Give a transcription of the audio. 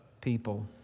people